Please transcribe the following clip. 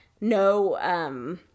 no